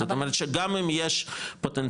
זאת אומרת שגם אם יש פוטנציאל,